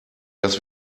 dass